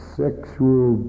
sexual